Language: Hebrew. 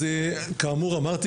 אז כאמור אמרתי,